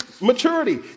maturity